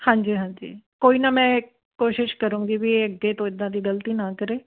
ਹਾਂਜੀ ਹਾਂਜੀ ਕੋਈ ਨਾ ਮੈਂ ਕੋਸ਼ਿਸ਼ ਕਰੂੰਗੀ ਵੀ ਇਹ ਅੱਗੇ ਤੋਂ ਇੱਦਾਂ ਦੀ ਗਲਤੀ ਨਾ ਕਰੇ